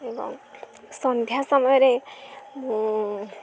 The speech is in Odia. ଏବଂ ସନ୍ଧ୍ୟା ସମୟରେ